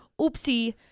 Oopsie